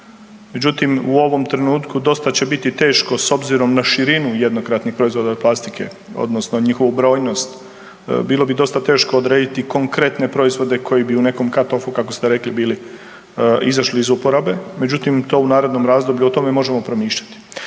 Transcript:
međutim u ovom trenutku dosta će biti teško s obzirom na širinu jednokratnih proizvoda od plastike odnosno njihovu brojnost. Bilo bi dosta teško odrediti konkretne proizvode koji u nekom cut offu, kako ste rekli, bili izašli iz uporabe, međutim to u narednom razdoblju, o tome možemo promišljati.